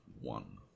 one